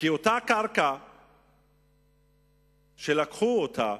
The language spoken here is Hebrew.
כי אותה קרקע שלקחו אותה,